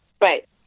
Right